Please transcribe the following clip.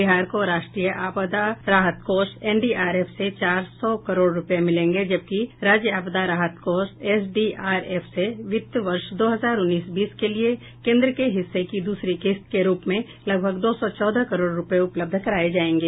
बिहार को राष्ट्रीय आपदा राहत कोष एनडीआरएफ से चार सौ करोड़ रूपये मिलेंगे जबकि राज्य आपदा राहत कोष एसडीआरएफ से वित्त वर्ष दो हजार उन्नीस बीस के लिए केन्द्र के हिस्से की दूसरी किस्त के रूप में लगभग दो सौ चौदह करोड़ रूपये उपलब्ध कराये जायेंगे